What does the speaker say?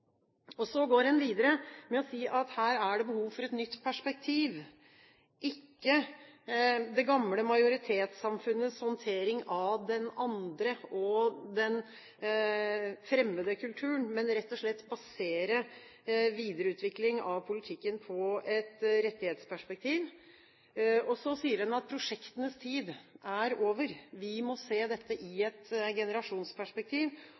Så går en videre med å si at her er det behov for et nytt perspektiv, ikke det gamle majoritetssamfunnets håndtering av den andre og fremmede kulturen, men rett og slett å basere videreutvikling av politikken på et rettighetsperspektiv. Og så sier den at prosjektenes tid er over. Vi må se dette i